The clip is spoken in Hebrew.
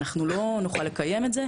אנחנו לא נוכל לקיים את זה.